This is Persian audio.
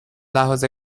لحاظ